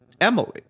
Emily